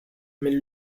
may